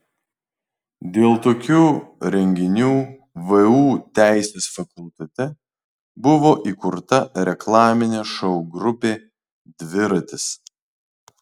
dėl tokių renginių vu teisės fakultete buvo įkurta reklaminė šou grupė dviratis